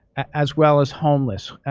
as well as homeless?